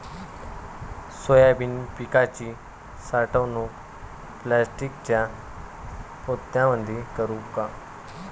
Soybean पिकाची साठवणूक प्लास्टिकच्या पोत्यामंदी करू का?